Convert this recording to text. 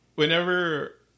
Whenever